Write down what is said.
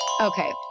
Okay